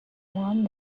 warned